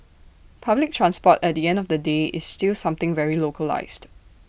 public transport at the end of the day is still something very localised